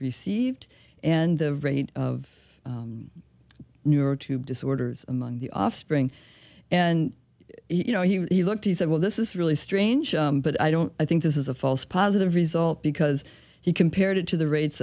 received and the rate of neural tube disorders among the offspring and you know he looked he said well this is really strange but i don't i think this is a false positive result because he compared it to the rates